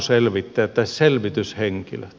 toinen on selvityshenkilöt